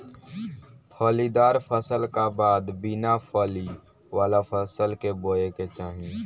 फलीदार फसल का बाद बिना फली वाला फसल के बोए के चाही